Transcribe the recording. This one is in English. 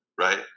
right